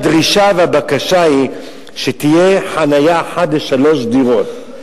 הדרישה והבקשה הן שתהיה חנייה אחת לשלוש דירות,